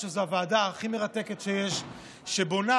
אני חושב שזו הוועדה הכי מרתקת שיש,